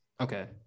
okay